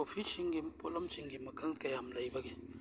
ꯀꯣꯐꯤꯁꯤꯡꯒꯤ ꯃꯈꯜꯁꯤꯡꯒꯤ ꯃꯈꯜ ꯀꯌꯥꯝ ꯂꯩꯕꯒꯦ